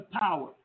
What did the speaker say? power